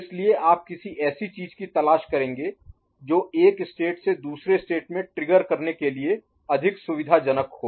इसलिए आप किसी ऐसी चीज की तलाश करेंगे जो एक स्टेट स्थिति से दूसरे स्टेट स्थिति में ट्रिगर करने के लिए अधिक सुविधाजनक हो